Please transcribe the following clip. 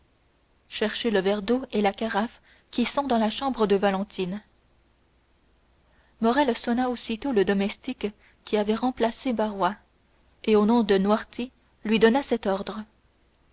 cherchez le verre d'eau et la carafe qui sont dans la chambre de valentine morrel sonna aussitôt le domestique qui avait remplacé barrois et au nom de noirtier lui donna cet ordre